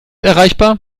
erreichbar